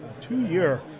two-year